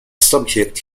subject